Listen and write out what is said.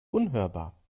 unhörbar